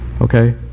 Okay